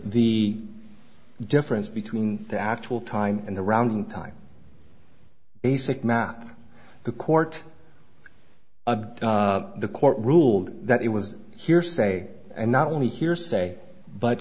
the difference between the actual time and the rounding time basic math the court of the court ruled that it was hearsay and not only hearsay but